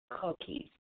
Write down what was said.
cookies